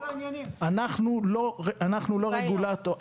אנחנו לא רגולטור,